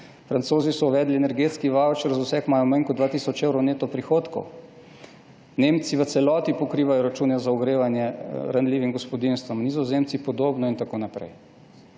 Francozi so uvedli energetski vavčer za vse, ki imajo manj kot 2 tisoč evrov neto prihodkov. Nemci v celoti pokrivajo račune za ogrevanje ranljivim gospodinjstvom, Nizozemci podobno in tako naprej.